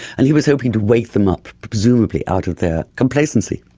and he was hoping to wake them up, presumably, out of their complacently.